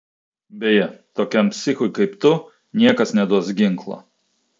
beje tokiam psichui kaip tu niekas neduos ginklo